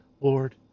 Lord